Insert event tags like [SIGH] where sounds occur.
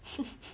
[LAUGHS]